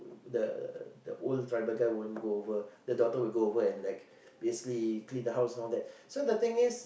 the the old tribal guy won't go over the daughter will like go over and clean the house all that so the thing is